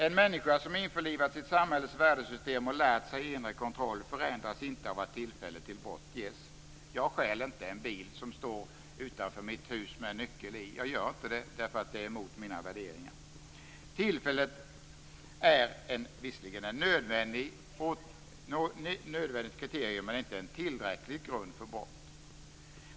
En människa som har införlivat sitt samhälles värdesystem och lärt sig inre kontroll förändras inte av att tillfälle till brott ges. Jag stjäl inte en bil som står utanför mitt hus med en nyckel i. Jag gör inte det, för det är mot mina värderingar. Tillfället är visserligen ett nödvändigt kriterium men inte en tillräcklig grund för brott.